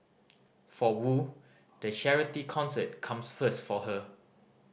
for Wu the charity concert comes first for her